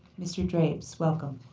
mr. drapes, welcome.